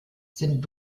sind